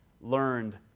learned